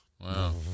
Wow